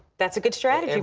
thats a good strategy, and